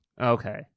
Okay